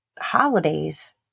holidays